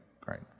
Great